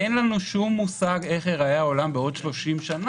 אין לנו שום מושג איך ייראה העולם בעוד 30 שנים.